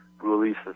releases